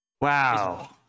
Wow